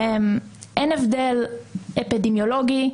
אין הבדל אפידמיולוגי,